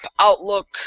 Outlook